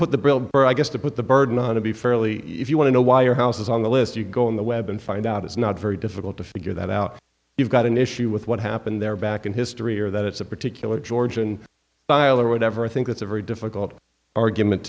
put the bill for i guess to put the burden on to be fairly if you want to know why your house is on the list you go on the web and find out it's not very difficult to figure that out you've got an issue with what happened there back in history or that it's a particular georgian file or whatever i think it's a very difficult argument